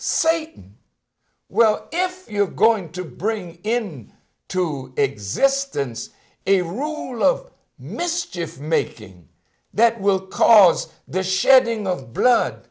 satan well if you're going to bring in to existence a rule of mischief making that will cause the shedding of blood